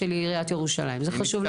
של עיריית ירושלים, זה חשוב לדייק את זה.